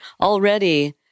Already